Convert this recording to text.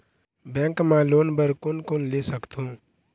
Bank मा loan बर कोन कोन ले सकथों?